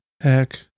Heck